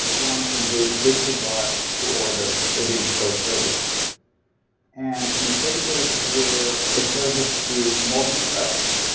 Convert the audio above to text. one can do click-to-buy to order a digital service and in cases where a service is more complex,